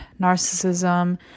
narcissism